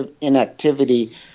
inactivity